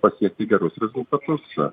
pasiekti gerus rezultatus